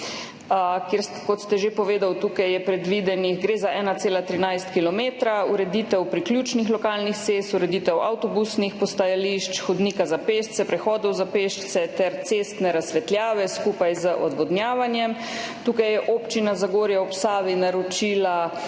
kjer, kot ste že povedali, gre za 1,13 kilometra, ureditev priključnih lokalnih cest, ureditev avtobusnih postajališč, hodnika za pešce, prehodov za pešce ter cestne razsvetljave skupaj z odvodnjavanjem. Tukaj je Občina Zagorje ob Savi naročila